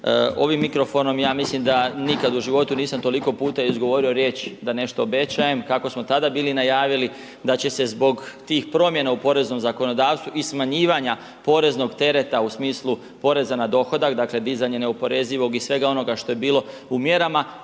ovim mikrofonom ja mislim da nikad u životu nisam toliko puta izgovorio riječ da nešto obečajem kako smo tada bili najavili da će se zbog tih promjena u poreznom zakonodavstvu i smanjivanja poreznog tereta u smislu poreza na dohodak dakle dizanje neoporezivog i svega onoga što je bilo u mjerama,